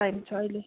time छ अहिले